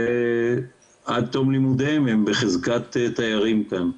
ועד תום לימודיהם הם בחזקת תיירים כאן.